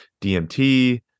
DMT